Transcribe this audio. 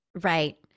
Right